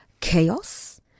chaos